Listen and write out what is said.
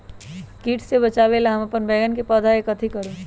किट से बचावला हम अपन बैंगन के पौधा के कथी करू?